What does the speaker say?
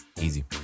Easy